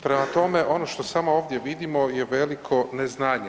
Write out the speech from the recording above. Prema tome, ono što samo ovdje vidimo je veliko neznanje.